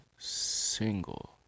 single